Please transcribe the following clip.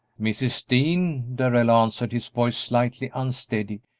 mrs. dean, darrell answered, his voice slightly unsteady,